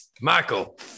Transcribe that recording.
Michael